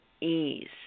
ease